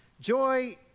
Joy